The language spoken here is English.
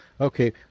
okay